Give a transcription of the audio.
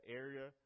area